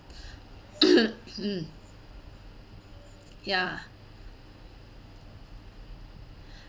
hmm ya